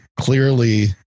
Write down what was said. clearly